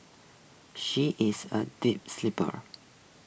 she is A deep sleeper